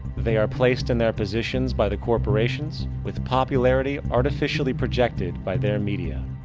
they are placed in their positions by the corporations, with popularity artificially projected by their media.